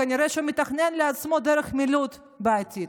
כנראה שהוא מתכנן לעצמו דרך מילוט בעתיד.